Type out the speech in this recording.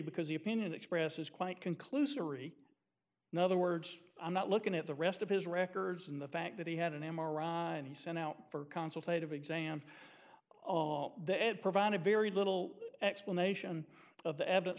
because the opinion expresses quite conclusory another words i'm not looking at the rest of his records in the fact that he had an m r i and he sent out for consultation exam oh that provided very little explanation of the evidence